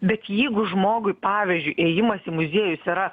bet jeigu žmogui pavyzdžiui ėjimas į muziejus yra